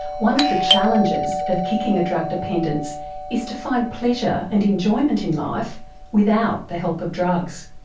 one of the challenges of kicking a drug dependence is to find pleasure and enjoyment in life without the help of drugs.